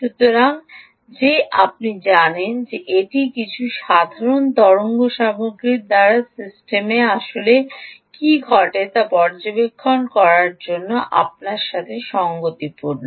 সুতরাং যে আপনি জানেন যে এটি কিছু সাধারণ তরঙ্গসামগ্রী দ্বারা সিস্টেমে আসলে কী ঘটে তা পর্যবেক্ষণ করতে আপনার সাথে সঙ্গতিপূর্ণ